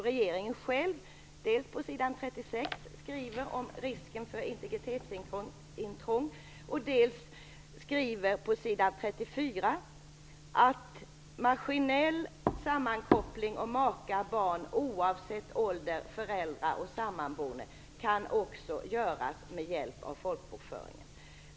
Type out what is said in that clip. Regeringen skriver själv på s. 36 om risken för integritetsintrång. På s. 34 skriver man att maskinell sammankoppling av maka, barn oavsett ålder, föräldrar och sammanboende kan också göras med hjälp av folkbokföringen.